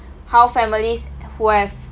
how families who have